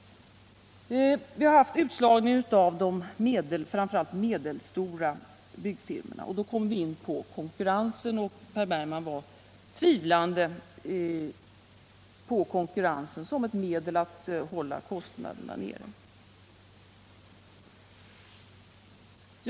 Vi har haft en utslagning av framför allt de medelstora byggfirmorna. Då kommer vi in på konkurrensen, och Per Bergman tycks tvivla på konkurrensen som ett medel att hålla kostnaderna nere.